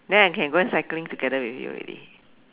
then I can go and cycling together with you already